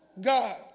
God